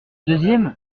deuxième